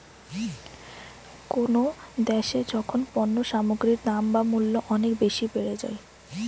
কোনো দ্যাশে যখন পণ্য সামগ্রীর দাম বা মূল্য অনেক বেশি বেড়ে যায়